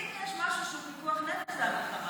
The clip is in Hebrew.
אם יש משהו שהוא פיקוח נפש זה המלחמה הזו.